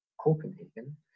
copenhagen